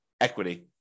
equity